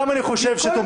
אני חושב שאין